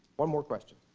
one more question